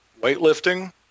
weightlifting